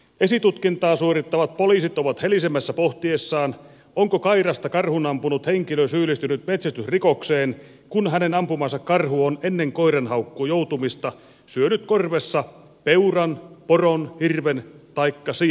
esitutkintaa suorittavat poliisit ovat helisemässä pohtiessaan onko kairasta karhun ampunut henkilö syyllistynyt metsästysrikokseen kun hänen ampumansa karhu on ennen koiran haukkuun joutumista syönyt korvessa peuran poron hirven taikka sian ruhoa